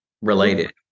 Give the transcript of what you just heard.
related